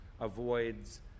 avoids